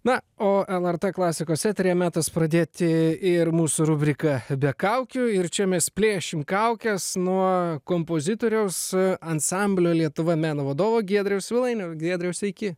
na o lrt klasikos eteryje metas pradėti ir mūsų rubrika be kaukių ir čia mes plėšim kaukes nuo kompozitoriaus ansamblio lietuva meno vadovo giedriaus svilainio giedriau sveiki